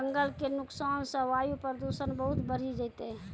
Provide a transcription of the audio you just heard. जंगल के नुकसान सॅ वायु प्रदूषण बहुत बढ़ी जैतै